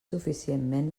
suficientment